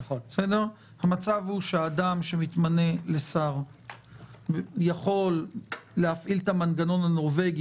המצב הוא שאדם שמתמנה לשר יכול להפעיל את "המנגנון הנורבגי",